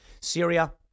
Syria